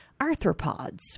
arthropods